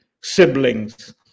siblings